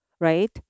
right